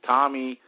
Tommy